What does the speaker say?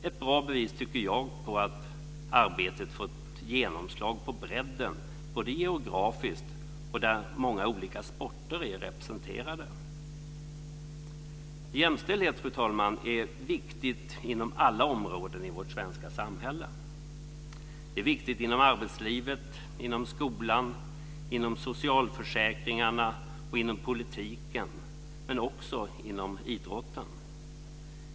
Det tycker jag är ett bra bevis på att arbetet fått genomslag på bredden, både geografiskt och genom att många olika sporter är representerade. Jämställdhet, fru talman, är viktigt inom alla områden i vårt svenska samhälle. Det är viktigt inom arbetslivet, inom skolan, inom socialförsäkringarna och inom politiken - men också inom idrotten.